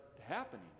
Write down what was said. happening